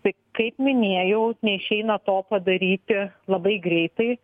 tai kaip minėjau neišeina to padaryti labai greitai